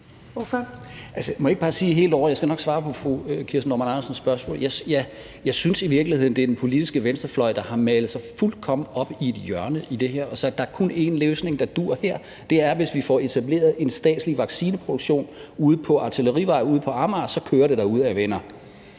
jeg ikke bare sige helt overordnet: Jeg synes i virkeligheden, at det er den politiske venstrefløj, der har malet sig fuldkommen op i et hjørne og sagt, at der kun er én løsning, der duer, og det er, hvis vi får etableret en statslig vaccineproduktion på Artillerivej ude på Amager, og så kører det derudad, venner.